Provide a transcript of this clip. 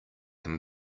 him